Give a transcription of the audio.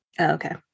Okay